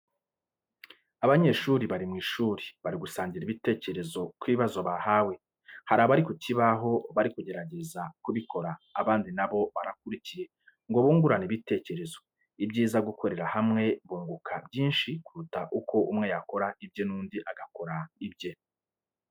Abanyeshuri bari mu ishuri, bari gusangira ibitekerezo ku bibazo bahawe, hari abari ku kibaho bari kugerageza kubikora abandi nabo barakurikiye ngo bungurane ibitekerezo. Ibyiza gukorera hamwe bunguka byinshi kuruta ko umwe yakora ibye n'undi agakora ibye.